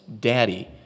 Daddy